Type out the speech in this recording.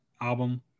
album